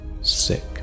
sick